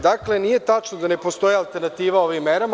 Dakle, nije tačno da ne postoje alternativa ovim merama.